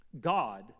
God